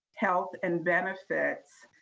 health and benefits,